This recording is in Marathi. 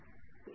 5454 0